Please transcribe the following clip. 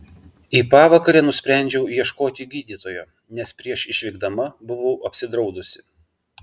į pavakarę nusprendžiau ieškoti gydytojo nes prieš išvykdama buvau apsidraudusi